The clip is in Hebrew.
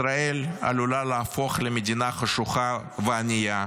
ישראל עלולה להפוך למדינה חשוכה וענייה,